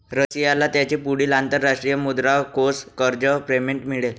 रशियाला त्याचे पुढील अंतरराष्ट्रीय मुद्रा कोष कर्ज पेमेंट मिळेल